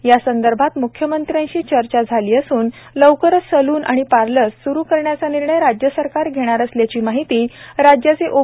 यासंदर्भात मुख्यमंत्र्यांशी चर्चा झाली असून लवकरच सलून आणि पार्लर स्रु करण्याचा निर्णय राज्य सरकार घेणार असल्याची माहिती राज्याचे ओ